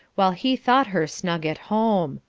while he thought her snug at home.